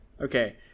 Okay